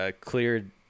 cleared